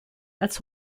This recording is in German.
als